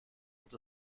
has